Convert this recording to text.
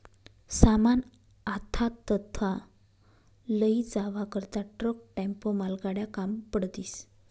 सामान आथा तथा लयी जावा करता ट्रक, टेम्पो, मालगाड्या काम पडतीस